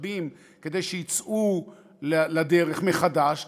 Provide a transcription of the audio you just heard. משאבים כדי שיצאו לדרך מחדש,